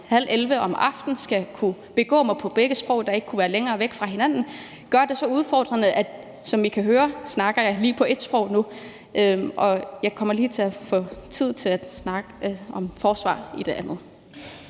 halv elleve om aftenen skal kunne begå mig på begge sprog, der ikke kunne være længere væk fra hinanden, gør det så udfordrende, at jeg, som I kan høre, snakker på et sprog nu. Og jeg kommer til at få tid til at snakke om forsvaret i det andet